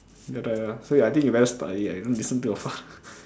like that ah so I think you better study ah you don't listen to your father